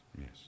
yes